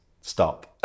stop